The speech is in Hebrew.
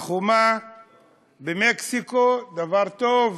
החומה במקסיקו דבר טוב,